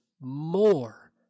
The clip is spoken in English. more